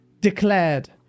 declared